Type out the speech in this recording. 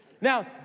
Now